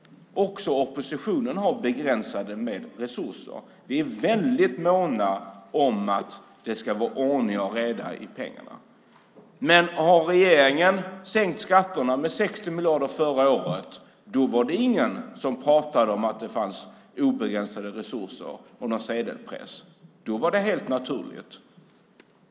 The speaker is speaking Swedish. Också oppositionen har begränsade resurser. Vi är väldigt måna om att det ska vara ordning och reda när det gäller pengarna. Men när regeringen sänkte skatterna med 60 miljarder förra året var det ingen som pratade om att det fanns obegränsade resurser eller sedelpressar. Då var det helt naturligt.